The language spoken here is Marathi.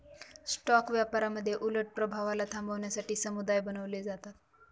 स्टॉक व्यापारामध्ये उलट प्रभावाला थांबवण्यासाठी समुदाय बनवले जातात